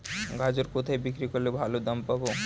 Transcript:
গাজর কোথায় বিক্রি করলে ভালো দাম পাব?